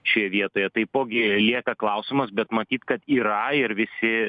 šioj vietoje taipogi lieka klausimas bet matyt kad yra ir visi